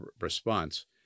response